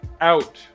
out